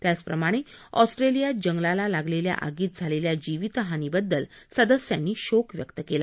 त्याचप्रमाणे ऑस्ट्रेलियात जंगलाला लागलेल्या आगीत झालेल्या जीवितहानीबद्दल सदस्यांनी शोक व्यक्त केला